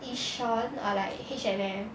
YISHION or like H&M